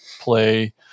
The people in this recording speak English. play